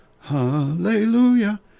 Hallelujah